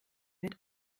wird